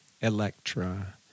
Electra